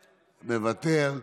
מוותר.